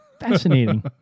Fascinating